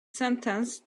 sentenced